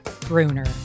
Bruner